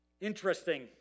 Interesting